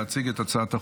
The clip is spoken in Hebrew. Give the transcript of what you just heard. להציג את הצעת החוק.